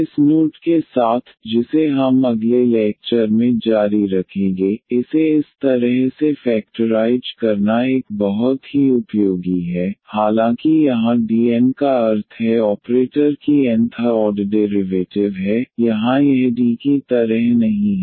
इस नोट के साथ जिसे हम अगले लेक्चर में जारी रखेंगे इसे इस तरह से फैक्टराइज करना एक बहुत ही उपयोगी है हालांकि यहाँ D n का अर्थ है ऑपरेटर जो कि nth ऑर्डर डेरिवेटिव है यहाँ यह D की तरह नहीं है